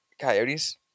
coyotes